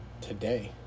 today